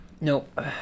Nope